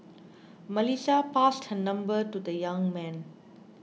Melissa passed her number to the young man